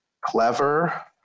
Clever